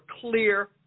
clear